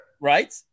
Right